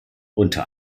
unter